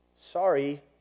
Sorry